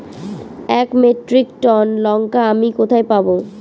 এক metric ton লঙ্কা আমি কোথায় পাবো?